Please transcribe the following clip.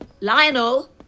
Lionel